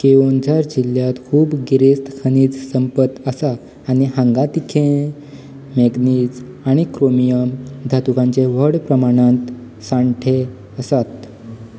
केओनझार जिल्ल्यांत खूब गिरेस्त खनीज संपत आसा आनी हांगा तिखें मँगनीज आनी क्रोमियम धातुंचे व्हड प्रमाणांत सांठे आसात